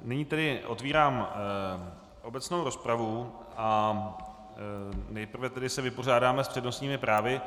Nyní tedy otvírám obecnou rozpravu a nejprve se tedy vypořádáme s přednostními právy.